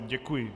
Děkuji.